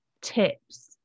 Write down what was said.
tips